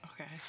Okay